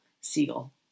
Siegel